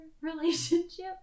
relationship